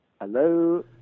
Hello